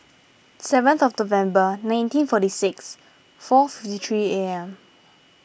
seventh of November nineteen forty six four fifty three A M